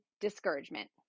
discouragement